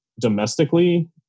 domestically